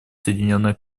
соединенное